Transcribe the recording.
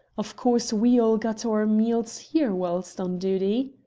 of course, we all got our meals here whilst on duty.